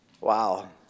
Wow